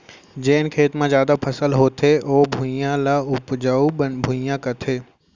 जेन खेत म जादा फसल होथे ओ भुइयां, ल उपजहा भुइयां कथें